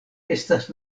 estas